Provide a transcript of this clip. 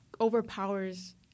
overpowers